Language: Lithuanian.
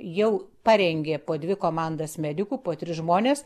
jau parengė po dvi komandas medikų po tris žmones